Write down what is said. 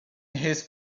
his